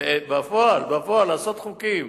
בפועל לעשות חוקים